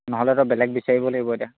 নহ'লেতো বেলেগ বিচাৰিব লাগিব এতিয়া